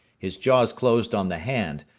his jaws closed on the hand,